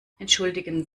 entschuldigen